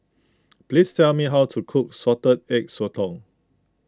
please tell me how to cook Salted Egg Sotong